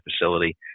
facility